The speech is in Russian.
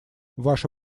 ваше